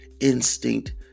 instinct